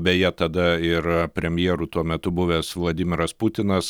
beje tada ir premjeru tuo metu buvęs vladimiras putinas